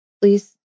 please